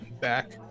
back